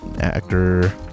actor